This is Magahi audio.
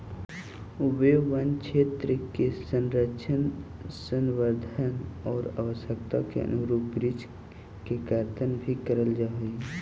वे वनक्षेत्र के संरक्षण, संवर्धन आउ आवश्यकता के अनुरूप वृक्ष के कर्तन भी करल जा हइ